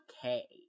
okay